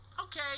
okay